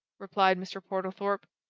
replied mr. portlethorpe.